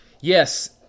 yes